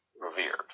revered